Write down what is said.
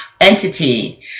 entity